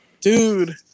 Dude